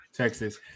Texas